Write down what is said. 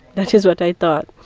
that is what i thought.